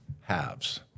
halves